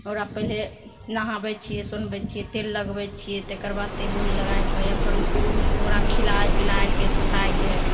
ओकरा पहिले नहाबै छिए सोनबै छिए तेल लगाबै छिए तकर बाद तेल उल लगैके अपन ओकरा खिलै पिलैके सुतैके